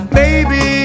baby